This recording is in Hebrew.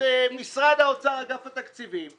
שמשרד האוצר, אגף התקציבים,